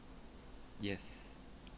yes